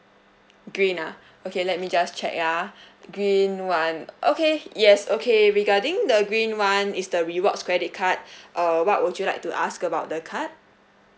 green ah okay let me just check ah green one okay yes okay regarding the green one is the rewards credit card err what would you like to ask about the card